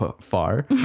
far